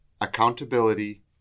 accountability